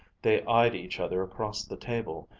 they eyed each other across the table,